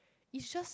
is just